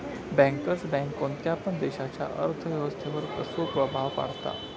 Bankers bank कोणत्या पण देशाच्या अर्थ व्यवस्थेवर कसो प्रभाव पाडता?